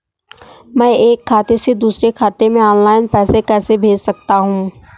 मैं एक खाते से दूसरे खाते में ऑनलाइन पैसे कैसे भेज सकता हूँ?